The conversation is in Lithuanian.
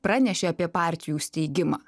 pranešė apie partijų steigimą